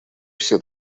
все